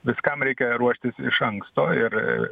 viskam reikia ruoštis iš anksto ir